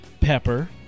Pepper